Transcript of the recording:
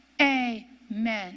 Amen